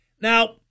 Now